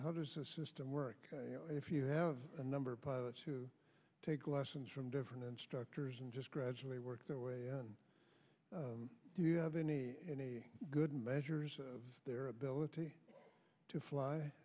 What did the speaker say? how does a system work if you have a number of pilots who take lessons from different instructors and just gradually work their way and do you have any good measures of their ability to fly